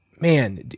man